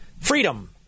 freedom